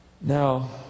Now